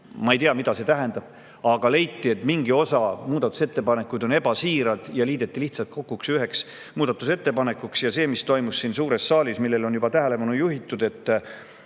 ma ei tea, mida see tähendab, aga leiti, et mingi osa muudatusettepanekuid on ebasiirad – ja liideti lihtsalt kokku üheks muudatusettepanekuks. Ja sellele, mis toimus siin suures saalis, on juba tähelepanu juhitud.